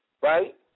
right